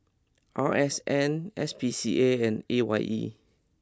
R S N S P C A and A Y E